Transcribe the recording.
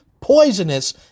poisonous